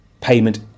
payment